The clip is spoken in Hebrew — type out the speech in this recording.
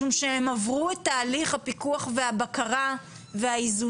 משום שהן עברו את תהליך הפיקוח והבקרה והאיזונים